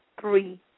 three